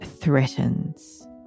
threatens